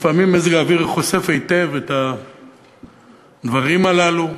לפעמים מזג האוויר חושף היטב את הדברים הללו.